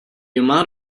amount